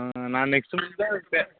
ஆ நான் next week தான்